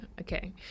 okay